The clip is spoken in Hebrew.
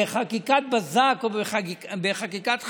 בחקיקת בזק או בחקיקת חירום,